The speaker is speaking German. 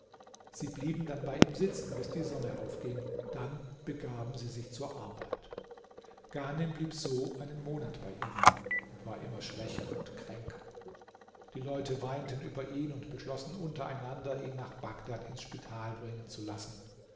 sie blieben dann bei ihm sitzen bis die sonne aufging dann begaben sie sich zur arbeit ghanem blieb so einen monat bei ihnen und war immer schwächer und kränker die leute weinten über ihn und beschlossen untereinander ihn nach bagdad ins spital bringen zu lassen